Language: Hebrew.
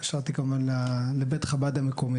התקשרתי כמובן לבית חב"ד המקומי,